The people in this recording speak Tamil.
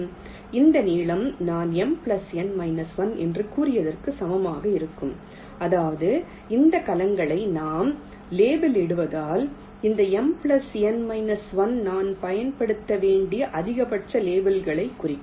இந்த நீளம் நான் M N 1 என்று கூறியதற்கு சமமாக இருக்கும் அதாவது இந்த கலங்களை நாம் லேபிளிடுவதால் இந்த M N 1 நான் பயன்படுத்த வேண்டிய அதிகபட்ச லேபிளைக் குறிக்கும்